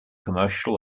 commercial